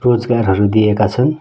रोजगारहरू दिएका छन्